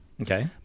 Okay